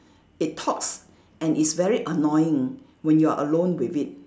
it talks and it's very annoying when you are alone with it